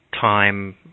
time